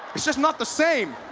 it's just not the same.